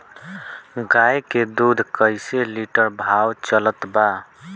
गाय के दूध कइसे लिटर भाव चलत बा?